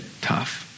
tough